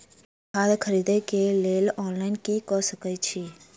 खाद खरीदे केँ लेल ऑनलाइन कऽ सकय छीयै?